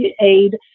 aid